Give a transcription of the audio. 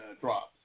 drops